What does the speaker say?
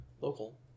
Local